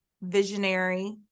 visionary